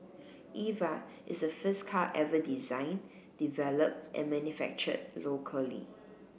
Eva is the first car ever design developed and manufactured locally